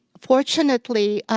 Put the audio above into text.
fortunately,